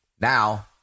now